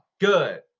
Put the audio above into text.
Good